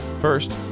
First